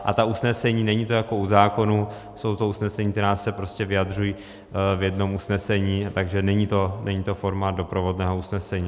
A ta usnesení, není to jako u zákonů, jsou to usnesení, která se vyjadřují v jednom usnesení, takže není to forma doprovodného usnesení.